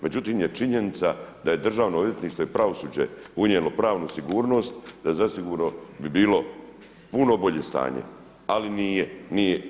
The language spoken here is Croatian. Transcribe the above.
Međutim je činjenica da je Državno odvjetništvo i pravosuđe unijelo pravnu sigurnost, da zasigurno bi bilo puno bolje stanje ali nije, nije.